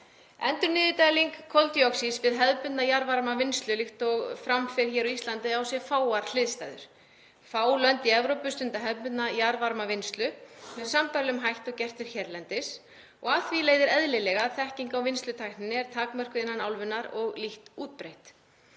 Endurnýjuð dæling koldíoxíðs við hefðbundna jarðvarmavinnslu, líkt og fram fer á Íslandi, á sér fáar hliðstæður. Fá lönd í Evrópu stunda hefðbundna jarðvarmavinnslu með sambærilegum hætti og gert er hérlendis og af því leiðir eðlilega að þekking á vinnslutækninni er takmörkuð innan álfunnar og lítt útbreitt.